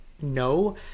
no